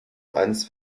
eines